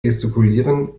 gestikulieren